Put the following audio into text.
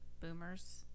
boomers